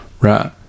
right